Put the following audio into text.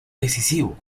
decisivo